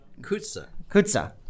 Kutsa